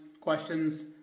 questions